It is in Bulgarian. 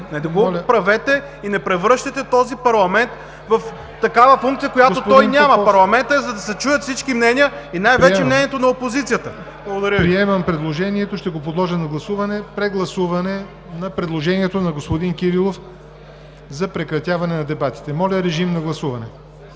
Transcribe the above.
Не го правете и не превръщайте този парламент в такава функция, която той няма. Парламентът е, за да се чуят всички мнения и най-вече мнението на опозицията. Благодаря Ви. ПРЕДСЕДАТЕЛ ЯВОР НОТЕВ: Приемам предложението. Ще го подложа на прегласуване. Прегласуване на предложението на господин Кирилов за прекратяване на дебатите. Моля, режим на гласуване.